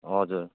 हजुर